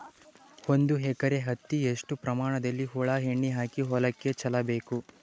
ಒಂದು ಎಕರೆ ಹತ್ತಿ ಎಷ್ಟು ಪ್ರಮಾಣದಲ್ಲಿ ಹುಳ ಎಣ್ಣೆ ಹಾಕಿ ಹೊಲಕ್ಕೆ ಚಲಬೇಕು?